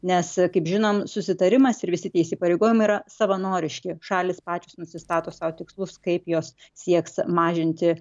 nes kaip žinom susitarimas ir visi tie įsipareigojimai yra savanoriški šalys pačios nusistato sau tikslus kaip jos sieks mažinti